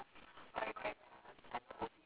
ya he my dad very shy [one]